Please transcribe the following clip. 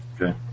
okay